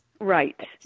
Right